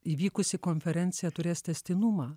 įvykusi konferencija turės tęstinumą